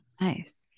Nice